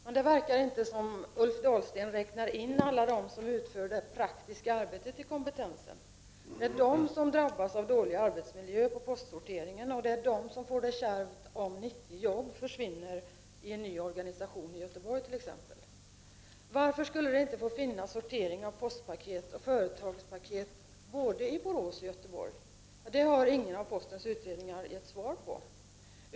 Men det verkar inte som om Ulf Dahlsten i kompetensen räknar in alla dem som utför det praktiska arbetet. Det är dessa människor som drabbas av dålig arbetsmiljö på postsorteringen. Det är de som får det kärvt om t.ex. 90 arbeten försvinner i och med en ny organisation i Göteborg. Varför skulle det inte få finnas sortering av postpaket och företagspaket både i Borås och i Göteborg? Detta har inte någon av postens utredningar givit svar på.